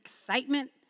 excitement